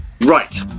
Right